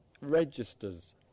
registers